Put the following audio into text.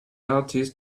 artist